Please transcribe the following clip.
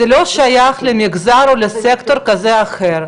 זה לא שייך למגזר או לסקטור כזה או אחר.